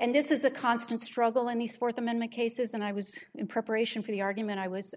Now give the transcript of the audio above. and this is a constant struggle any sport amendment cases and i was in preparation for the argument i was